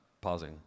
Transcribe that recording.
pausing